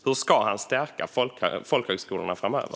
Hur ska han stärka folkhögskolorna framöver?